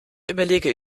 überlege